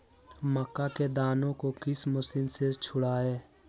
मक्का के दानो को किस मशीन से छुड़ाए?